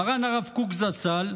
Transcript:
מרן הרב קוק זצ"ל,